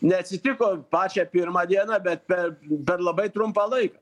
neatsitiko pačią pirmą dieną bet per per labai trumpą laiką